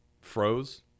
froze